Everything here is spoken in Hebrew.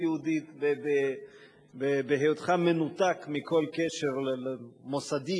יהודית בהיותך מנותק מכל קשר מוסדי,